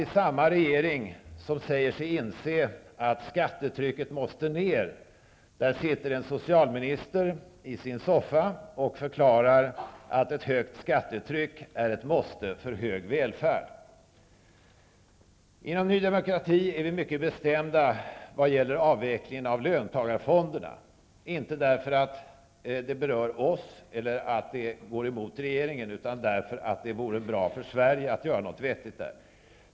I samma regering som säger sig inse att skattetrycket måste ned, sitter en socialminister i sin soffa och förklarar att ett högt skattetryck är ett måste för hög välfärd. Vi är inom Ny Demokrati mycket bestämda vad gäller avvecklingen av löntagarfonderna. Inte därför att det berör oss eller därför att det går emot regeringen, utan därför att det vore bra för Sverige att göra något vettigt där.